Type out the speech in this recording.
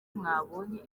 mwabonye